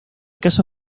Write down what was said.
caso